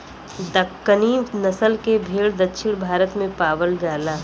दक्कनी नसल के भेड़ दक्षिण भारत में पावल जाला